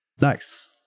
Nice